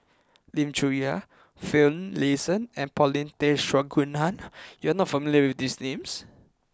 Lim Chong Yah Finlayson and Paulin Tay Straughan you are not familiar with these names